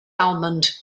almond